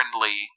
friendly